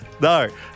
No